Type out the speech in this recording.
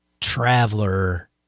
Traveler